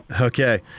Okay